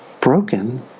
broken